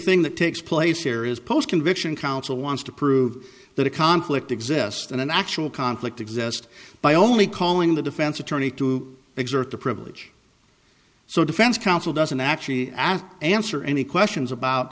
thing that takes place here is post conviction counsel wants to prove that a conflict exists and an actual conflict exist by only calling the defense attorney to exert the privilege so defense counsel doesn't actually ask answer any questions about